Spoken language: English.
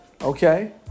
Okay